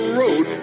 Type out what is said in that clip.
road